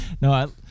No